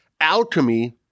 alchemy